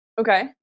Okay